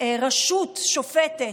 הרשות שופטת,